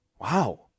wow